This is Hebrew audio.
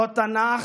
אותו תנ"ך,